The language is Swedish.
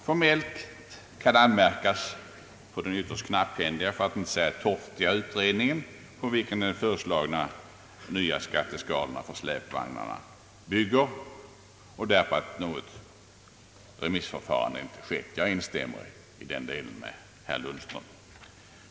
Formellt kan det anmärkas mot den ytterst knapphändiga för att inte säga torftiga utredning, på vilken de föreslagna nya skatteskalorna för släpvagnar bygger, och mot att något remissförfarande inte skett. Jag instämmer i den delen med herr Lundström.